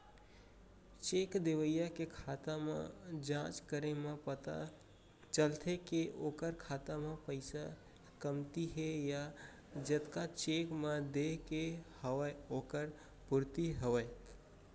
cheque देवइया के खाता म जाँच करे म पता चलथे के ओखर खाता म पइसा कमती हे या जतका चेक म देय के हवय ओखर पूरति हवय